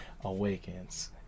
awakens